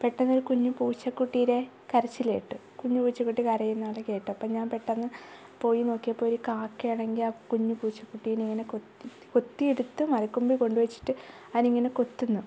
പെട്ടെന്നൊരു കുഞ്ഞു പൂച്ചക്കുട്ടീടെ കരച്ചിൽ കേട്ടു കുഞ്ഞു പൂച്ചക്കുട്ടി കരയുന്നത് പോലെ കേട്ടു അപ്പോൾ ഞാൻ പെട്ടെന്ന് പോയി നോക്കിയപ്പോൾ ഒരു കാക്കയാണെങ്കിൽ ആ കുഞ്ഞു പൂച്ചക്കൂട്ടീനെ ഇങ്ങനെ കൊത്തിയെടുത്ത് മരക്കൊമ്പിൽ കൊണ്ടു വെച്ചിട്ട് അതിനിങ്ങനെ കൊത്തുന്നു